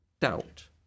doubt